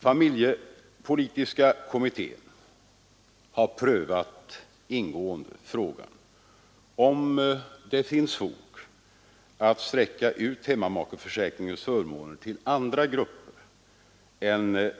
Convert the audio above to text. Familjepolitiska kommittén har ingående prövat frågan, om det finns fog att utsträcka hemmamakeförsäkringen till andra grupper än dem